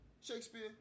Shakespeare